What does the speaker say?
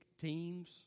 teams